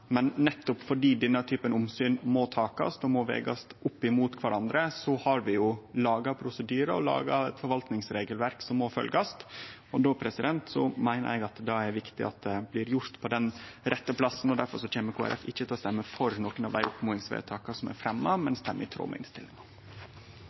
men nettopp fordi denne typen omsyn må takast og vegast opp mot kvarandre, har vi laga prosedyrar og eit forvaltingsregelverk som må følgjast. Då meiner eg det er viktig at det blir gjort på den rette plassen, og difor kjem ikkje Kristeleg Folkeparti til å stemme for nokon av dei oppmodingsforslaga som er fremja, men